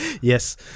yes